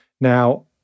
Now